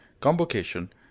convocation